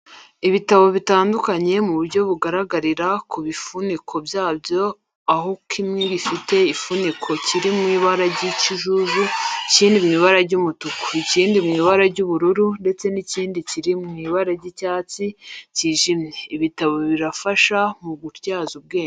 Ibitabo bitandukanye mu buryo bugaragarira ku bifuniko byabyo aho kimwe gifite igifuniko kiri mu ibara ry'ikijuju, ikindi mu ibara ry'umutuku, ikindi mu ibara ry'ubururu ndetse n'ikindi kiri mu ibara ry'icyatsi kijimye. Ibitabo birafasha mu gutyaza ubwenge.